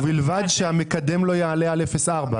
"ובלבד שהמקדם לא יעלה על 0.4",